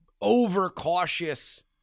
overcautious